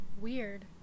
weird